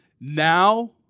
now